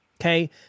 Okay